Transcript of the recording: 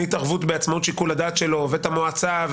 התערבות בעצמאות שיקול הדעת שלו ואת המועצה,